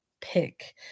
pick